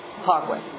Parkway